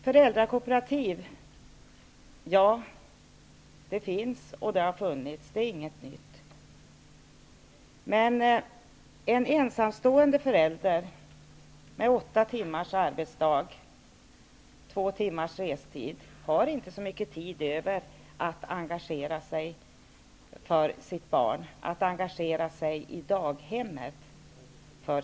Föräldrakooperativ finns och har funnits. Det är inget nytt. Men en ensamstående förälder med åtta timmars arbetsdag och två timmars restid har inte så mycket tid över för att engagera sig i sitt barns daghem.